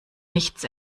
nichts